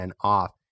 off